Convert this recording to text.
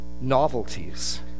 novelties